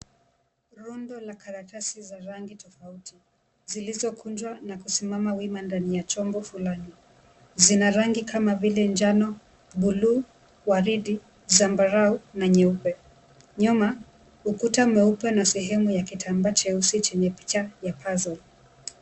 Rundo la karatasi za rangi tofauti zilizokunjwa na kusimama wima ndani ya chombo fulani. Zina rangi kama vile njano, buluu, waridi, zambarau na nyeupe. Nyuma, ukuta mweupe na sehemu ya kitambaa cheusi chenye picha ya puzzle .